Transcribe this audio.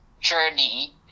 journey